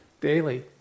daily